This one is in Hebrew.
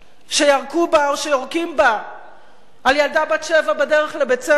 שיירקו בה או שיורקים בה על ילדה בת שבע בדרך לבית-ספר.